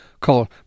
call